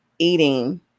Eating